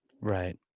Right